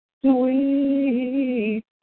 sweet